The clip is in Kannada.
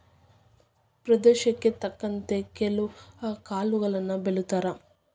ಪ್ರದೇಶಕ್ಕೆ ತಕ್ಕಂತೆ ಕೆಲ್ವು ಕಾಳುಗಳನ್ನಾ ಬೆಳಿತಾರ